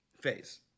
Phase